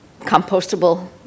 compostable